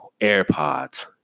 airpods